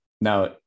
Now